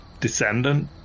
descendant